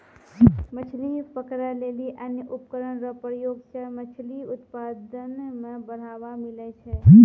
मछली पकड़ै लेली अन्य उपकरण रो प्रयोग से मछली उत्पादन मे बढ़ावा मिलै छै